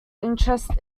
interest